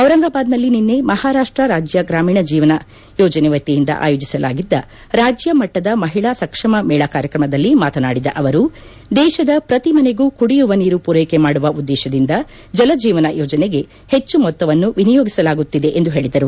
ಡಿರಂಗಬಾದ್ನಲ್ಲಿ ನಿನ್ನೆ ಮಹಾರಾಷ್ಟ ರಾಜ್ಯ ಗ್ರಾಮೀಣ ಜೀವನ ಯೋಜನೆವತಿಯಿಂದ ಆಯೋಜಿಸಲಾಗಿದ್ದ ರಾಜ್ಯಮಟ್ಟದ ಮಹಿಳಾ ಸಕ್ಷಮ ಮೇಳ ಕಾರ್ಯಕ್ರಮದಲ್ಲಿ ಮಾತನಾಡಿದ ಪ್ರಧಾನಮಂತ್ರಿ ದೇಶದ ಪ್ರತಿ ಮನೆಗೂ ಕುಡಿಯುವ ನೀರು ಪೂರೈಕೆ ಮಾಡುವ ಉದ್ದೇಶದಿಂದ ಜಲ ಜೀವನ ಯೋಜನೆಗೆ ಹೆಚ್ಚು ಮೊತ್ತವನ್ನು ವಿನಿಯೋಗಿಸಲಾಗುತ್ತದೆ ಎಂದು ಹೇಳಿದರು